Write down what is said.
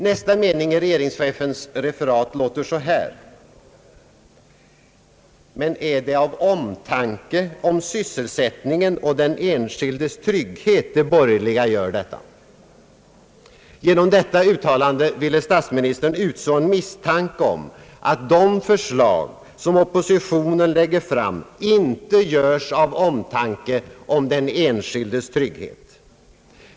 Nästa mening i referatet av regeringschefens anförande: »Men är det av omtanke om sysselsättningen och den enskildes trygghet de borgerliga gör detta?» Genom detta uttalande ville statsministern utså en misstanke om att de förslag som oppositionen lägger fram inte görs av omtanke om den enskildes trygghet.